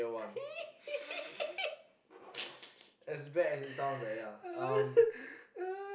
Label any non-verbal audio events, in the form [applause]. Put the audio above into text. [laughs]